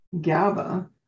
GABA